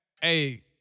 hey